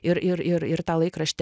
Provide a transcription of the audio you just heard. ir ir ir tą laikraštį